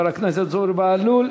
חבר הכנסת זוהיר בהלול,